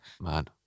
man